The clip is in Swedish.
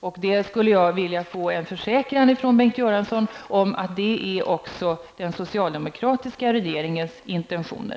Jag skulle vilja få en försäkran från Bengt Göransson om att det också är den socialdemokratiska regeringens intentioner.